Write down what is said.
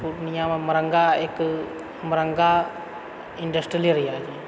पूर्णियामे मरङ्गा एक Maranga industrial area